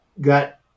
got